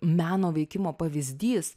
meno veikimo pavyzdys